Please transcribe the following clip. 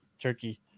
turkey